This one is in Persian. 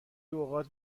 اوقات